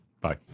Bye